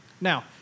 Now